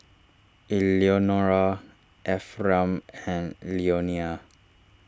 Eleonora Ephram and Leonia